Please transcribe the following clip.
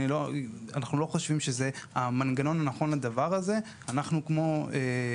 אנחנו לא חושבים שזהו המנגנון הנכון לדבר הזה; אנחנו חושבים